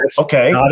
okay